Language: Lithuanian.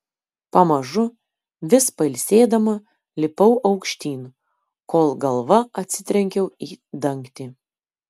pamažu vis pailsėdama lipau aukštyn kol galva atsitrenkiau į dangtį